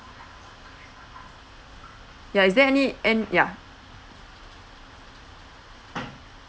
ya is there any an~ ya